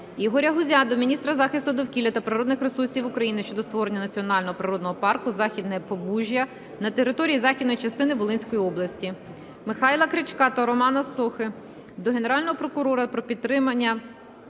Ігоря Гузя до міністра захисту довкілля та природних ресурсів України щодо створення Національного природного парку "Західне Побужжя" на території західної частини Волинської області. Михайла Крячка та Романа Сохи до Генерального прокурора про підтримання